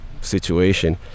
situation